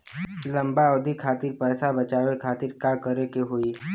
लंबा अवधि खातिर पैसा बचावे खातिर का करे के होयी?